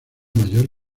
mayor